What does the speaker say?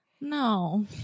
No